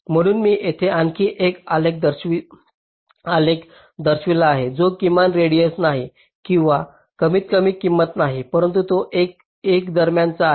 म्हणून मी येथे आणखी एक आलेख दर्शवित आहे जो किमान रेडिएस नाही किंवा कमीतकमी किंमत नाही परंतु तो एक दरम्यानचा आहे